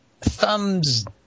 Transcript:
thumbs